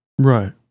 right